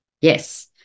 Yes